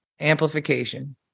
amplification